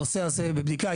הנושא הזה בבדיקה.